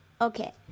okay